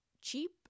cheap